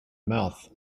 mouth